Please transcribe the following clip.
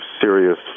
serious